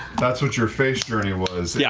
that's what your face journey was. yeah